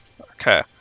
Okay